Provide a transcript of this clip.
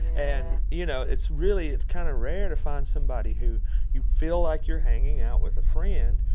and, you know, it's really it's kind of rare to find somebody who you feel like you're hanging out with a friend.